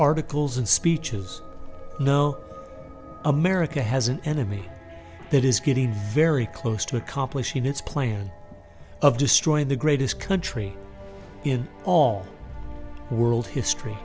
articles and speeches no america has an enemy that is getting very close to accomplishing its plan of destroying the greatest country in all world history